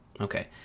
Okay